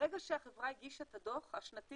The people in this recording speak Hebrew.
ברגע שהחברה הגישה את הדוח השנתי,